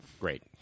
Great